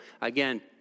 again